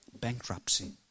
bankruptcy